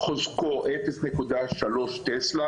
חוזקו 0.3 טסלה,